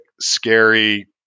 scary